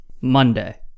Monday